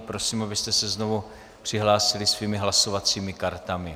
Prosím, abyste se znovu přihlásili svými hlasovacími kartami.